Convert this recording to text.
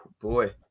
boy